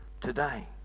today